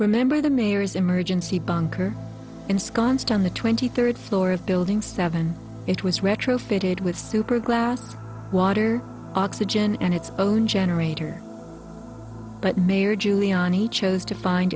remember the mayor's emergency bunker ensconced on the twenty third floor of building seven it was retrofitted with super glass water oxygen and its own generator but mayor giuliani chose to find